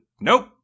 nope